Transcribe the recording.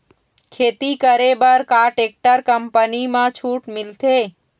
खेती करे बर का टेक्टर कंपनी म छूट मिलथे?